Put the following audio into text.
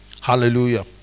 hallelujah